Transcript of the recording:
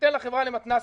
וניתן לחברה למתנסים,